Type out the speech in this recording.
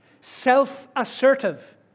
self-assertive